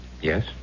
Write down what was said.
Yes